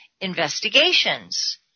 investigations